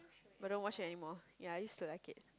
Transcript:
but don't watch anymore yea I just select it